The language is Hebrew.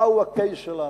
מהו ה-case שלנו.